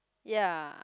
ya